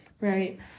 right